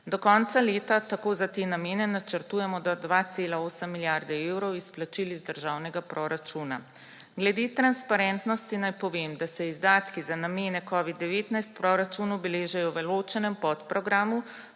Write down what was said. Do konca leta tako za te namene načrtujemo do 2,8 milijarde evrov izplačil iz državnega proračuna. Glede transparentnosti naj povem, da se izdatki za namene covida-19 v proračunu beležijo v ločenem podprogramu